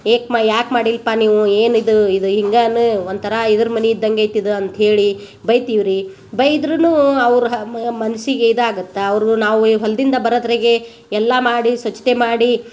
ಏಕ್ಮ ಯಾಕೆ ಮಾಡಿಲ್ಪಾ ನೀವು ಏನಿದು ಇದು ಹಿಂಗನ ಒಂಥರ ಇದರ ಮನೆ ಇದಂಗೈತೆ ಇದು ಅಂತ್ಹೇಳಿ ಬೈತಿವಿ ರೀ ಬೈದರೂನು ಅವ್ರ ಹ ಮನಸ್ಸಿಗೆ ಇದು ಆಗತ್ತೆ ಅವ್ರ್ಗು ನಾವೆ ಹೊಲ್ದಿಂದ ಬರದ್ರಾಗೆ ಎಲ್ಲಾ ಮಾಡಿ ಸ್ವಚ್ಛತೆ ಮಾಡಿ